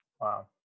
Wow